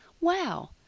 Wow